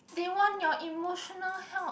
they want your emotional help